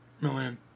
Million